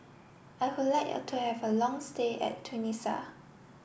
I would like to have a long stay in Tunisia